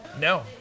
No